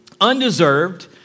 undeserved